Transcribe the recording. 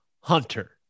hunter